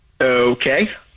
Okay